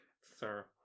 Sir